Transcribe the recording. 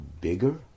bigger